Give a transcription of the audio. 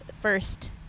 first